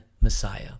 Messiah